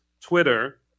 Twitter